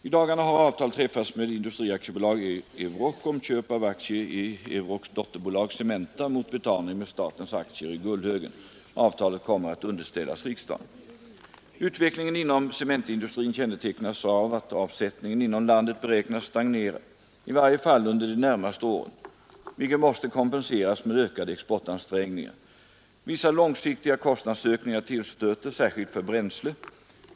I dagarna har avtal träffats med Industri AB Euroc om köp av aktier i Eurocs dotterbolag Cementa AB mot betalning med statens aktier i Gullhögen. Avtalet kommer att underställas riksdagen. Utvecklingen inom cementindustrin kännetecknas av att avsättningen inom landet beräknas stagnera, i varje fall under de närmaste åren, vilket måste kompenseras med ökade exportansträngningar. Vissa långsiktiga kostnadsökningar tillstöter, särskilt för bränsle.